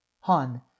Han